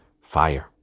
fire